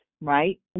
right